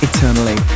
Eternally